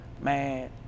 man